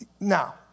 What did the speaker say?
Now